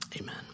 amen